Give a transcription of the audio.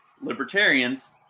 Libertarians